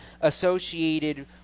associated